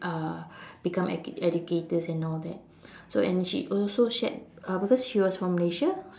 uh become educators and all that so and she also shared uh because she was from Malaysia